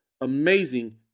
amazing